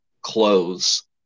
clothes